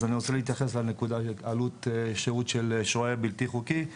אז אני רוצה להתייחס לנקודה העלות שהות של שוהה בלתי חוקי,